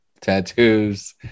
tattoos